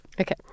Okay